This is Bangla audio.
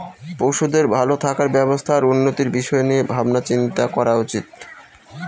পশুদের ভালো থাকার ব্যবস্থা আর উন্নতির বিষয় নিয়ে ভাবনা চিন্তা করা উচিত